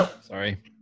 sorry